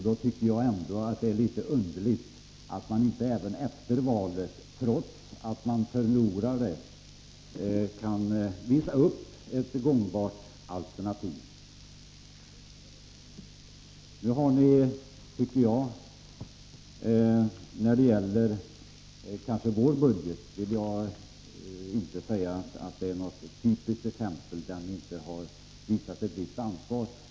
Då tycker jag att det är litet underligt att ni inte även efter det senaste valet, trots att ni förlorade, kan visa upp ett gångbart alternativ. Jag vill inte påstå att behandlingen av vår budget är ett typiskt exempel där ni inte visat ansvar.